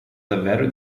davvero